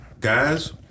Guys